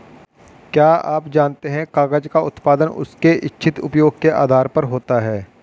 क्या आप जानते है कागज़ का उत्पादन उसके इच्छित उपयोग के आधार पर होता है?